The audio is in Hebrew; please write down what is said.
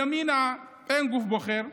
ימינה, אין גוף בוחר,